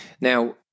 Now